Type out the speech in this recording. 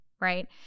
right